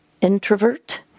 introvert